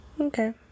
Okay